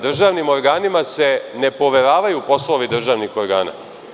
Državnim organima se ne poveravaju poslovi državnih organa.